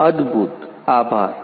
અદ્ભુત આભાર